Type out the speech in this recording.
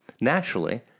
Naturally